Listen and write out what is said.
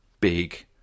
big